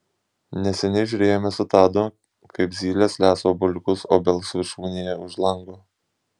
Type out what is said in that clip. neseniai žiūrėjome su tadu kaip zylės lesa obuoliukus obels viršūnėje už lango